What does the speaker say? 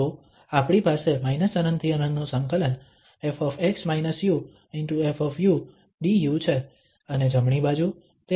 તો આપણી પાસે ∞∫∞ ƒ ƒ du છે અને જમણી બાજુ તે 1x21 છે